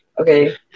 Okay